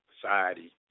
Society